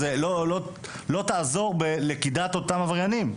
לא תעזור בלכידת אותם עבריינים.